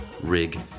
rig